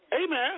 Amen